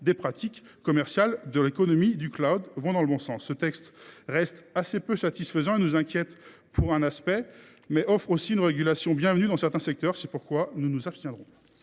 des pratiques commerciales de l’économie du . Mes chers collègues, en résumé, ce texte reste assez peu satisfaisant. Il nous inquiète par certains aspects, mais offre aussi une régulation bienvenue dans certains secteurs. C’est pourquoi nous nous abstiendrons.